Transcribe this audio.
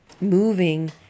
moving